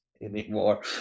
anymore